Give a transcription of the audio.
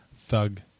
thug